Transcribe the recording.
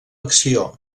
acció